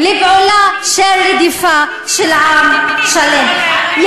לפעולה של רדיפה של עם שלם.